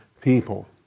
people